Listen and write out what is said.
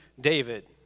David